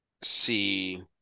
see